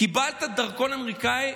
קיבלת דרכון אמריקאי.